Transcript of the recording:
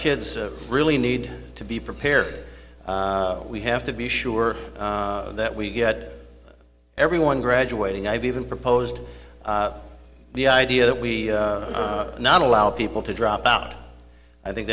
kids really need to be prepared we have to be sure that we get everyone graduating i've even proposed the idea that we not allow people to drop out i think